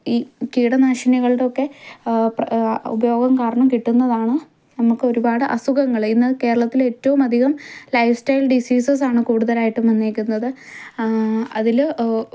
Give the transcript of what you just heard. ഈ കീടനാശിനികളുടെയൊക്കെ ഉപയോഗം കാരണം കിട്ടുന്നതാണ് നമുക്ക് ഒരുപാട് അസുഖങ്ങൾ ഇന്ന് കേരളത്തിൽ ഏറ്റവുമധികം ലൈഫ്സ്റ്റൈൽ ഡിസീസസ് ആണ് കൂടുതലായിട്ടും വന്നിരിക്കുന്നത് അതിൽ